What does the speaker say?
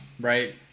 right